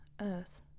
earth